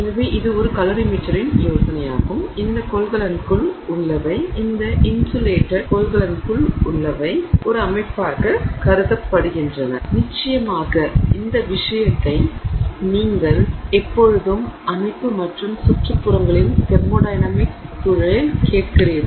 எனவே இது ஒரு கலோரிமீட்டரின் யோசனையாகும் இந்த கொள்கலனுக்குள் உள்ளவை இந்த இன்சுலேடட் கொள்கலனுக்குள் உள்ளவை அமைப்பாகக் கருதப்படுகின்றன நிச்சயமாக இந்த விஷயத்தை நீங்கள் எப்போதும் அமைப்பு மற்றும் சுற்றுப்புறங்களின் தெர்மோடையனமிக்ஸ் சூழலில் கேட்கிறீர்கள்